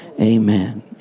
amen